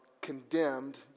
condemned